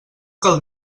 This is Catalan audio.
cal